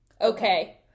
okay